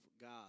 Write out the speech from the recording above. God